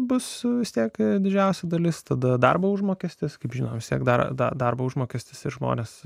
bus su teka didžiausia dalis tada darbo užmokestis kaip žinome vistiek dar dar darbo u užmokestis ir žmonės